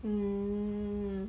mm